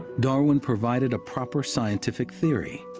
darwin provided proper scientific theory,